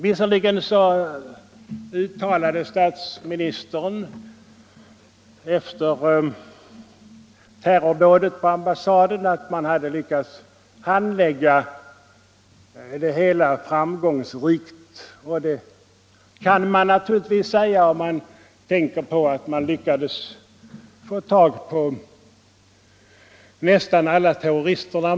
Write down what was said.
Visserligen uttalade statsministern efter terrordådet på ambassaden att man hade lyckats handlägga det hela framgångsrikt, och det kan man naturligtvis säga om man tänker på att man lyckades få tag på nästan alla terroristerna.